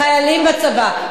חיילים בצבא,